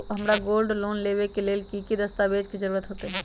हमरा gold loan लेबे के लेल कि कि दस्ताबेज के जरूरत होयेत?